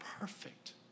perfect